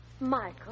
Michael